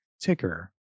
Ticker